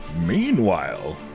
Meanwhile